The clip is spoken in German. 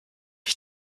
ich